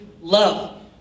love